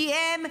כי הם יכולים,